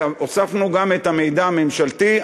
הוספנו גם את המידע הממשלתי,